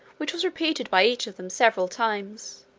which was repeated by each of them several times